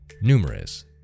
numerous